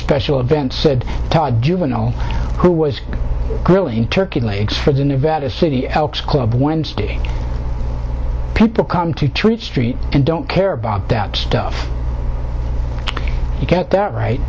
special events said tod juvenile who was grilling turkey legs for the nevada city elks club wednesday people come to treat street and don't care about that stuff you can't that right